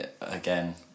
again